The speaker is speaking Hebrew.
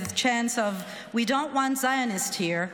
chants of "We don’t want Zionists here",